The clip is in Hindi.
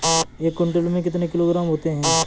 एक क्विंटल में कितने किलोग्राम होते हैं?